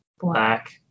Black